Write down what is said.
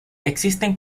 existen